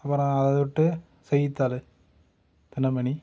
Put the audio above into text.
அப்பறம் அதை விட்டு செய்தித்தாள் தினமணி